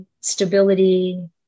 stability